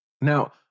now